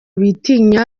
bitinya